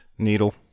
Needle